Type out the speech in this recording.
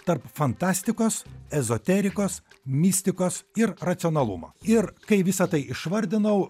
tarp fantastikos ezoterikos mistikos ir racionalumo ir kai visa tai išvardinau